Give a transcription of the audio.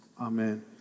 Amen